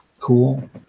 Cool